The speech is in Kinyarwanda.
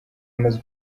amaze